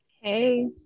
hey